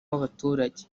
w’abaturage